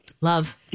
Love